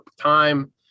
time